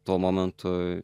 tuo momentu